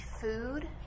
food